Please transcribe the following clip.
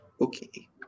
Okay